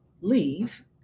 leave